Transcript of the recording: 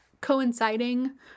coinciding